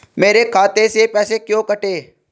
मेरे खाते से पैसे क्यों कटे?